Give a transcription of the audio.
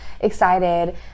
excited